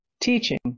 teaching